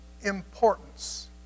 importance